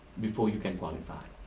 before you can qualify.